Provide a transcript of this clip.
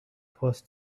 first